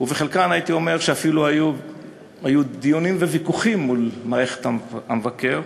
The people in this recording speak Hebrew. ובחלקן הייתי אומר שאפילו היו דיונים וויכוחים מול מערכת המבקר,